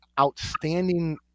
outstanding